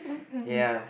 ya